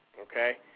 okay